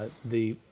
ah the,